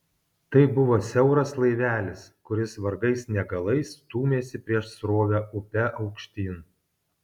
tai buvo siauras laivelis kuris vargais negalais stūmėsi prieš srovę upe aukštyn